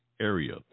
area